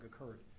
occurred